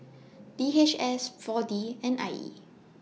D H S four D and I E